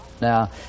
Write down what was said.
Now